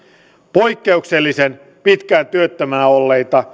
poikkeuksellisen pitkään työttömänä olleille